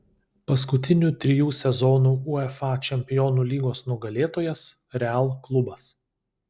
paskutinių trijų sezonų uefa čempionų lygos nugalėtojas real klubas